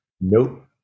nope